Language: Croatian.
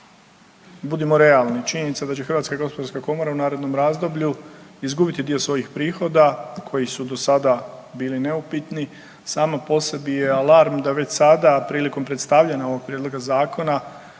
Budimo realni, činjenica da će HGK u narednom razdoblju izgubiti dio svojih prihoda koji su do sada bili neupitni sama po sebi je alarm da već sada prilikom predstavljanja ovog prijedloga zakona